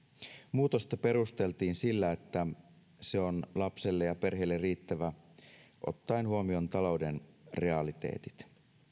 muutosta perusteltiin sillä että se on lapselle ja perheelle riittävä ottaen huomioon talouden realiteetit